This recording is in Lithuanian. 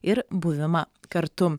ir buvimą kartu